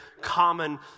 common